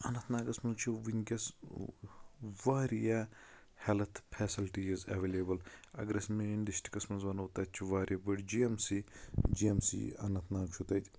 اَننت ناگَس منٛز چھِ ؤنٛکیس واریاہ ہیلتھ فیسلٹیٖز اٮ۪ویلیبٕل اَگر أسۍ مین ڈِسٹرکٹس منٛز وَنو تَتہِ چھُ واریاہ بٔڑ G M C G M C Anantnag چھُ تَتہِ